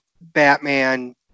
Batman